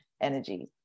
energy